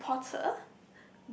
Harry-Potter